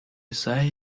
sigh